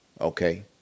Okay